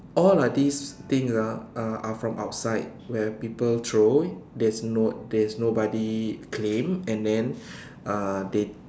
all are these thing ah are are from outside where people throw there's no there's nobody claim and then uh they